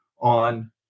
on